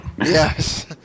Yes